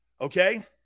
Okay